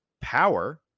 Power